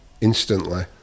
instantly